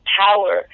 power